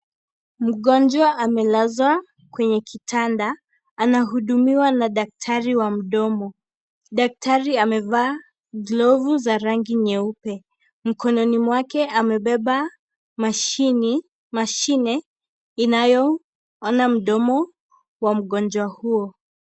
Mgonjwa amelazwa kwenye kitanda. Anahudumiwa na daktari wa mdomo. Daktari amevaa glovu za rangi nyeupe. Mkononi mwake, amebeba mashini. Mashine inayoona mdomo wa mgonjwa huo.